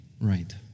right